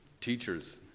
teachers